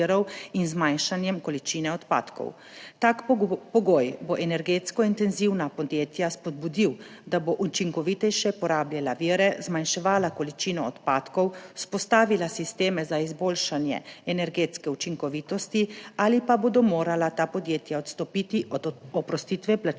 in zmanjšanjem količine odpadkov. Tak pogoj bo energetsko intenzivna podjetja spodbudil, da bodo učinkovitejše porabljala vire, zmanjševala količino odpadkov, vzpostavila sisteme za izboljšanje energetske učinkovitosti ali pa bodo morala ta podjetja odstopiti od oprostitve plačila